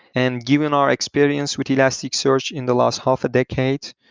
and given our experience with elasticsearch in the last half a decade,